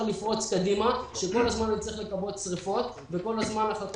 לפרוץ קדימה כשכל הזמן צריך לכבות שריפות וכל הזמן לראות